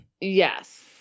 Yes